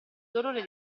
dolore